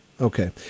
Okay